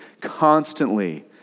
constantly